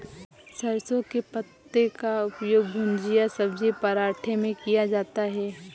सरसों के पत्ते का उपयोग भुजिया सब्जी पराठे में किया जाता है